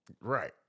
Right